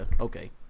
okay